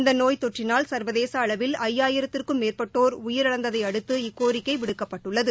இந்த நோய் தொற்றினால் சர்வதேச அளவில் ஜயாயிரத்திற்கும் மேற்பட்டோர் உயிரிழந்ததை இக்கோரிக்கை விடுக்கப்பட்டுள்ளது